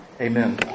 amen